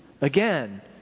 again